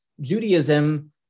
Judaism